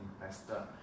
investor